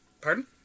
Pardon